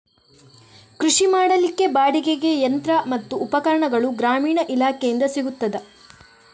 ಕೃಷಿ ಮಾಡಲಿಕ್ಕೆ ಬಾಡಿಗೆಗೆ ಯಂತ್ರ ಮತ್ತು ಉಪಕರಣಗಳು ಗ್ರಾಮೀಣ ಇಲಾಖೆಯಿಂದ ಸಿಗುತ್ತದಾ?